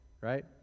right